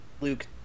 Luke